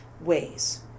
ways